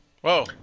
Whoa